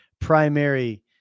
primary